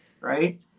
right